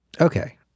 Okay